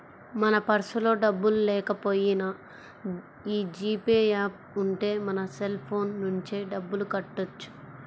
మన పర్సులో డబ్బుల్లేకపోయినా యీ జీ పే యాప్ ఉంటే మన సెల్ ఫోన్ నుంచే డబ్బులు కట్టొచ్చు